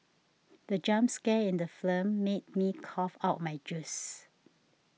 the jump scare in the film made me cough out my juice